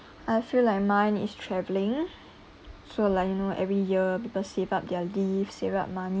I feel like mine is traveling so like you know every year people save up their leave save up